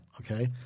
Okay